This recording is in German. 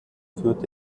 führt